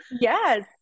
Yes